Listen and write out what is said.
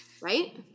right